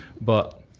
but,